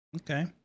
okay